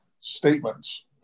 statements